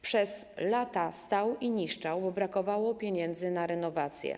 Przez lata stał i niszczał, bo brakowało pieniędzy na renowację.